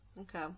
okay